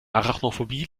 arachnophobie